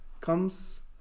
comes